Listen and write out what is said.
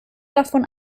davon